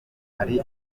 ari